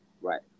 right